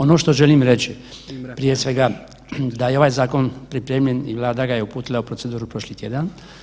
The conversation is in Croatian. Ono što želim reći prije svega, da je ovaj zakon pripremljen i Vlada ga je uputila u proceduru prošli tjedan.